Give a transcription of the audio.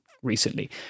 recently